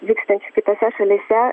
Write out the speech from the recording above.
vyksta kitose šalyse